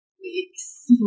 weeks